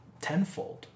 tenfold